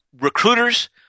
Recruiters